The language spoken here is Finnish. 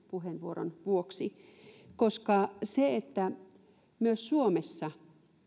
puheenvuoron vuoksi koska myös suomessa